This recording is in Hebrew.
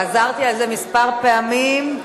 חזרתי על זה פעמים מספר.